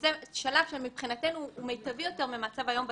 שזה שלב שמבחינתנו הוא מיטבי יותר מהמצב היום בטוטו,